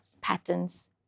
patterns